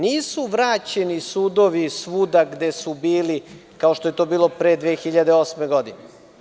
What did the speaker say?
Nisu vraćeni sudovi svuda gde su bili, kao što je to bilo pre 2008. godine.